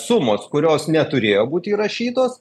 sumos kurios neturėjo būt įrašytos